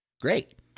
Great